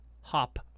HOP